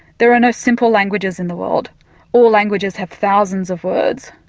there are no simple languages in the world all languages have thousands of words.